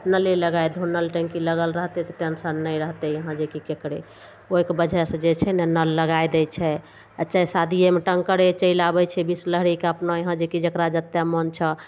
नले लगाय दहो नल टङ्की लगल रहतय तऽ टेंशन नहि रहतय यहाँ जे कि ककरे ओइके वजहसँ जे छै ने नल लगाय दै छै आओर चाहे शादियेमे टङ्करे चलि आबय छै बिसलेरीके अपना यहाँ जे कि जकरा जते मन छऽ